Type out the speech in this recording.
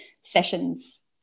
sessions